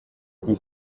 die